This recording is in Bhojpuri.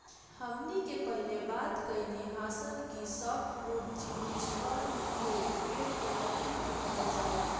हमनी के पहिले बात कईनी हासन कि सॉफ्टवुड जिम्नोस्पर्म के पेड़ के लकड़ी के कहल जाला